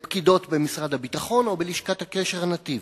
לפקידות במשרד הביטחון או בלשכת הקשר "נתיב".